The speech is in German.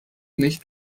nicht